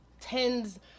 tens